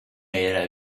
era